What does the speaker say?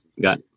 got